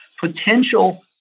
potential